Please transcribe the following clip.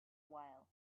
while